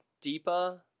deeper